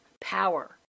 power